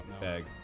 bag